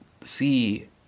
see